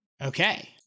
Okay